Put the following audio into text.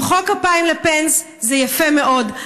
למחוא כפיים לפנס זה יפה מאוד,